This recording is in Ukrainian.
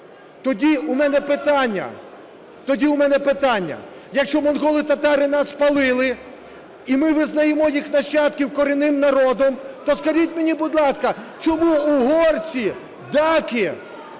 Тоді у мене питання. Якщо монголо-татари нас спалили і ми визнаємо їх нащадків корінним народом, то скажіть мені, будь ласка, чому угорці даки